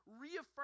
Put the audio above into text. reaffirm